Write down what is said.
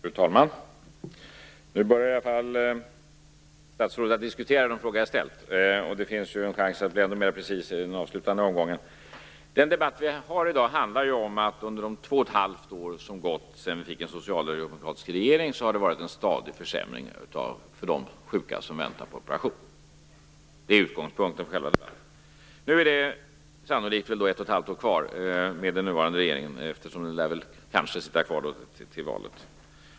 Fru talman! Nu börjar statsrådet i alla fall diskutera de frågor som jag har ställt. Det finns en chans att bli ännu mer precis i den avslutande omgången. Den debatt som vi har i dag handlar om att det under de två och ett halvt år som har gått sedan vi fick en socialdemokratisk regering har varit en stadig försämring för sjuka som väntar på en operation. Det är utgångspunkten för själva debatten. Nu är det sannolikt ett och ett halvt år kvar med den nuvarande regeringen; den lär ju sitta kvar till valet.